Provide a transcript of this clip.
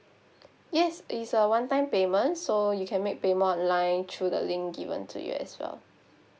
yes it is a one time payment so you can make payment online through the link given to you as well